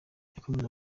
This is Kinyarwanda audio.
yakomeje